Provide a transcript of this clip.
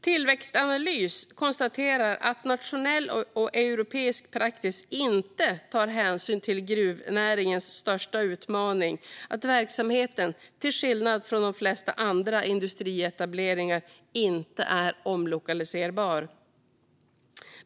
Tillväxtanalys konstaterar att nationell och europeisk praxis inte tar hänsyn till gruvnäringens största utmaning, nämligen att verksamheten till skillnad från de flesta andra industrietableringar inte är omlokaliserbar.